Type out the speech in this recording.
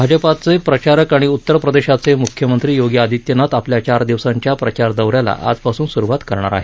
भाजपाचं प्रचारक आणि उत्तरप्रदेशाचे मुख्यामंत्री योगी आदित्यनाथ आपल्या चार दिवसांच्या प्रचारदौऱ्याला आजपासून स्रुवात करणार आहेत